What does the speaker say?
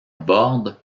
bordent